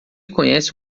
conhece